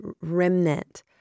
remnant